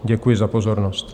Děkuji za pozornost.